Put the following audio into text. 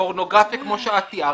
פורנוגרפיה כמו שאת תיארת.